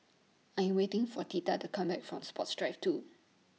I'm waiting For Tatia to Come Back from Sports Drive two